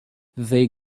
they